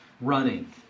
running